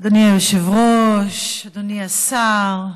אדוני היושב-ראש, אדוני השר,